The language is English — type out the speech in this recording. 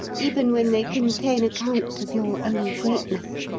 even when they contain accounts of your own greatness.